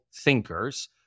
thinkers